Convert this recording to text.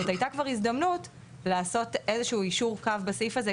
זאת הייתה כבר הזדמנות לעשות איזשהו יישור קו בסעיף הזה,